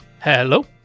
Hello